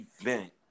event